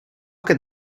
could